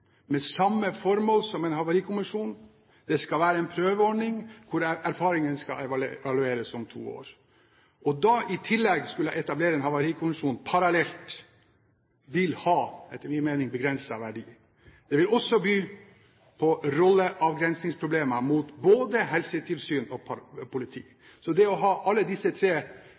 med samme formål som en havarikommisjon. Det skal være en prøveordning, hvor erfaringene skal evalueres om to år. Å skulle etablere en havarikommisjon parallelt vil etter min mening ha begrenset verdi. Det vil også by på rolleavgrensingsproblemer mot både helsetilsyn og politi, så det å ha alle disse tre